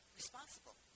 responsible